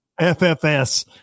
FFS